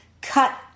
cut